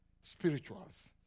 spirituals